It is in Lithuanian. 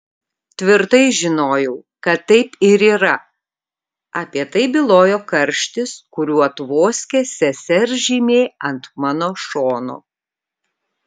tvirtai žinojau kad taip ir yra apie tai bylojo karštis kuriuo tvoskė sesers žymė ant mano šono